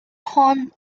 horn